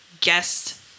guest